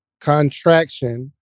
Contraction